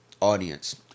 audience